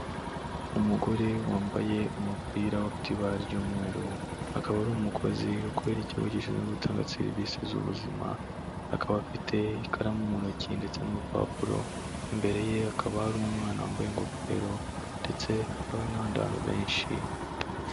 Umugore wambaye umupira ufite ibara ry'umweru, akaba ari umukozi ukorera ikigo gishinzwe gutanga serivisi z'ubuzima, akaba afite ikaramu mu ntoki ndetse n'urupapuro, imbere ye hakaba hari umwana wambaye ingofero ndetse hakaba n'abandi bantu benshi.